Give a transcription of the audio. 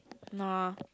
no ah